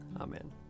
Amen